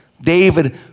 David